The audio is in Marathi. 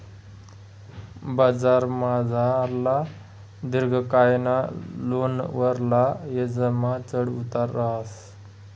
बजारमझारला दिर्घकायना लोनवरला याजमा चढ उतार रहास